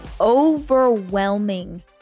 overwhelming